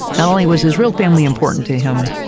not only was his real family important to him,